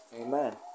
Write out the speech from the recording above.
Amen